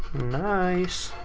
nice.